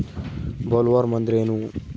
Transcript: Bollworm ಅಂದ್ರೇನು?